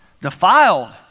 defiled